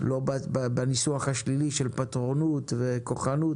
לא בניסוח השלילי של פטרונות וכוחנות,